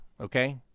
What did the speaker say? okay